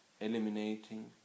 eliminating